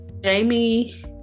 Jamie